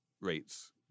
rates